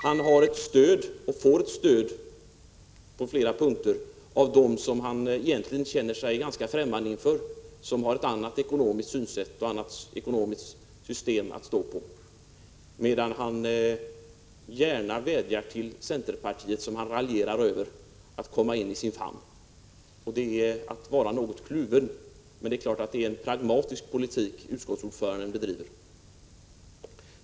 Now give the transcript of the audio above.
Han får stöd på flera punkter av dem som han egentligen känner sig ganska främmande för, som har ett annat ekonomiskt synsätt och som står för ett annat ekonomiskt system, medan han gärna vädjar till centerpartiet, som han raljerar med, att komma i hans famn. Det är att vara något kluven, men det är naturligtvis en pragmatisk politik som utskottsordföranden bedriver.